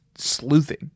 Sleuthing